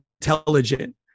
intelligent